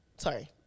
Sorry